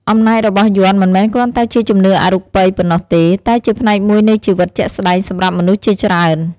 អំណាចរបស់យ័ន្តមិនមែនគ្រាន់តែជាជំនឿអរូបីប៉ុណ្ណោះទេ តែជាផ្នែកមួយនៃជីវិតជាក់ស្ដែងសម្រាប់មនុស្សជាច្រើន។